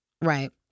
Right